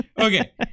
Okay